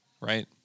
Right